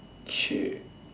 shit